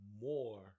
more